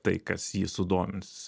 tai kas jį sudomins